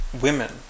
women